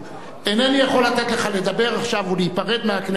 אינני יכול לתת לך לדבר עכשיו ולהיפרד מהכנסת,